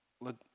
let